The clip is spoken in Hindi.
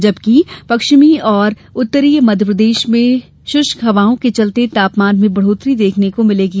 जबकि पश्चिमी और उत्तरीय मध्यप्रदेश में शृष्क हवाओं के चलते तापमान में बढ़ोत्तरी देखने को मिलेगी